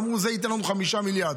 אמרנו שיהיה קשה מאוד לגבות בשנת 2025,